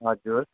हजुर